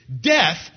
Death